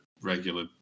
regular